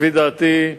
לפי דעתי,